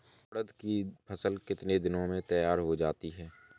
उड़द की फसल कितनी दिनों में तैयार हो जाती है?